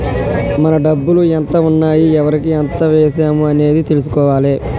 మన డబ్బులు ఎంత ఉన్నాయి ఎవరికి ఎంత వేశాము అనేది తెలుసుకోవాలే